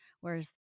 whereas